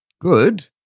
good